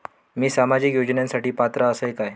मी सामाजिक योजनांसाठी पात्र असय काय?